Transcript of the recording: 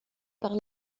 par